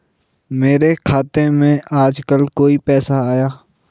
मेरे खाते में आजकल कोई पैसा आया?